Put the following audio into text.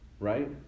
Right